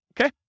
okay